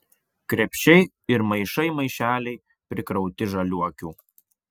krepšiai ir maišai maišeliai prikrauti žaliuokių